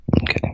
Okay